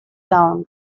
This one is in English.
down